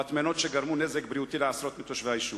מטמנות שגרמו נזק בריאותי לעשרות מתושבי היישוב.